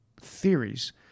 theories